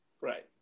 Right